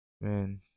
Man